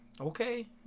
okay